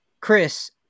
Chris